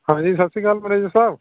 ਹਾਂਜੀ ਸਤਿ ਸ਼੍ਰੀ ਅਕਾਲ ਮੈਨੇਜਰ ਸਾਹਿਬ